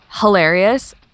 hilarious